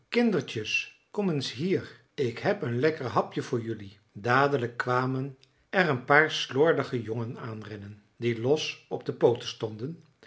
kindertjes kom eens hier ik heb een lekker hapje voor jelui dadelijk kwamen er een paar slordige jongen aanrennen die los op de pooten stonden